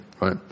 right